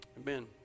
Amen